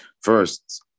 first